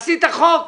עשית חוק